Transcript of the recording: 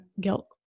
guilt